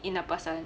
in a person